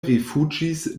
rifuĝis